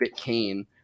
BitCane